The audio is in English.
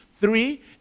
Three